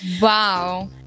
Wow